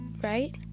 right